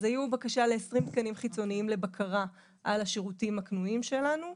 הייתה בקשה ל-20 תקנים חיצוניים לבקרה על השירותים הקנויים שלנו.